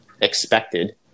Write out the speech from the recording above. expected